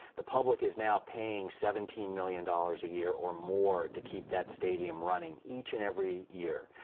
the public is now pay and seventeen million dollars a year or more to keep that stadium running each and every year.